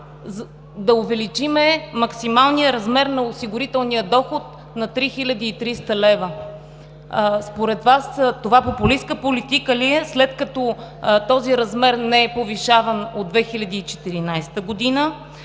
да увеличим максималния размер на осигурителния доход на 3300 лв.? Според Вас това популистка политика ли е, след като този размер не е повишаван от 2014 г.,